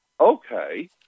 okay